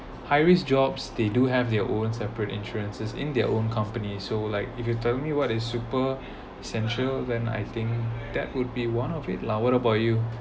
high risk jobs they do have their own separate insurances in their own company so like if you tell me what a super central then I think that would be one of it lah what about you